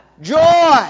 Joy